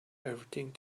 everything